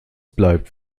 bleibt